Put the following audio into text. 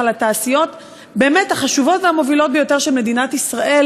לתעשיות הבאמת-חשובות והמובילות ביותר של מדינת ישראל,